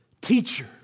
teacher